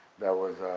there was